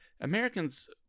americans